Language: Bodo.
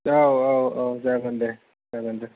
औ जागोन दे जागोन दे